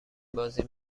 بازی